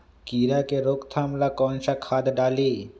कीड़ा के रोक ला कौन सा खाद्य डाली?